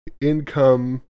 income